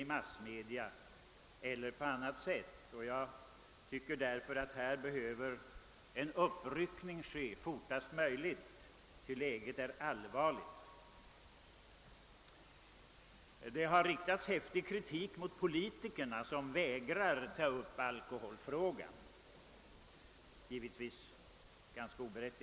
En uppryckning behöver därför ske fortast möjligt, ty läget är allvarligt. Det har riktats en häftig kritik — givetvis en ganska oberättigad sådan — mot politikerna som vägrar ta upp alkoholfrågan.